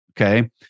okay